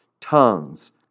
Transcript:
tongues